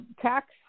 tax